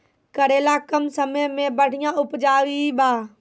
करेला कम समय मे बढ़िया उपजाई बा?